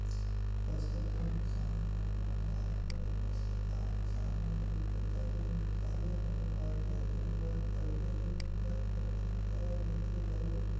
फसल के नुकसान होय म अकाल परे म सरकार किसान मन ल बिपदा ले निकाले बर मुवाजा देय बर करजा ले बर परथे त लेथे घलोक